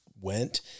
went